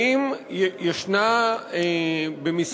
האם יש במשרדך,